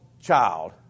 child